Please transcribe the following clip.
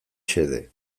xede